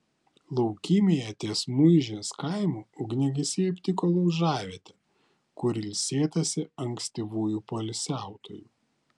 laukymėje ties muižės kaimu ugniagesiai aptiko laužavietę kur ilsėtasi ankstyvųjų poilsiautojų